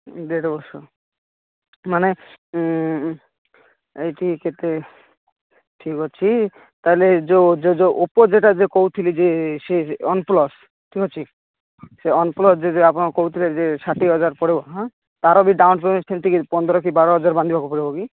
ଦେଢ଼ ବର୍ଷ ମାନେ ଏଇଠି କେତେ ଠିକ ଅଛି ତା'ହେଲେ ଯେଉଁ ଯୋ ଓପୋ ଯେଉଁଟା କହୁଥିଲି ଯେ ସେ ୱାନପ୍ଲସ ଠିକ ଅଛି ସେ ୱାନପ୍ଲସ ଯଦି ଆପଣ କହୁଥିଲେ ଯେ ଷାଠିଏ ହଜାର ପଡ଼ିବ ହାଁ ତା'ର ଦାମ ବି ସେମିତି କି ପନ୍ଦର କି ବାର ହଜାର ବାନ୍ଧିବାକୁ ପଡ଼ିବ କି